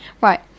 Right